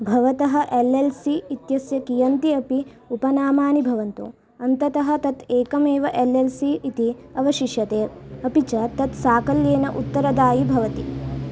भवतः L L C इत्यस्य कियन्ती अपि उपनामानि भवन्तु अन्ततः तत् एकमेव एल् एल् सी इति अवशिष्यते अपि च तत् साकल्येन उत्तरदायि भवति